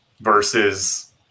Versus